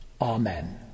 Amen